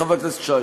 חבר הכנסת שי,